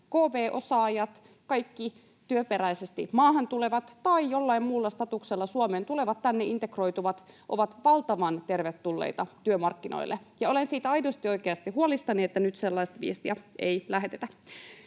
kv-osaajat, kaikki työperäisesti maahan tulevat tai jollain muulla statuksella Suomeen tulevat ja tänne integroituvat ovat valtavan tervetulleita työmarkkinoille. Olen siitä aidosti, oikeasti huolissani, että nyt sellaista viestiä ei lähetetä.